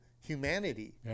humanity